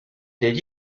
did